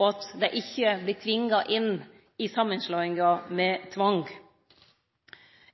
og at dei ikkje vert tvinga inn i samanslåingar.